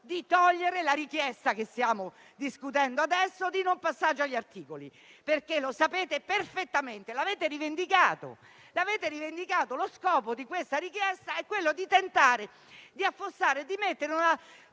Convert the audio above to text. di togliere la richiesta di cui stiamo discutendo adesso di non passaggio agli articoli perché lo sapete perfettamente e l'avete rivendicato. Lo scopo di questa richiesta è, infatti, tentare di affossare e di mettere una